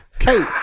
hey